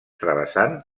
travessant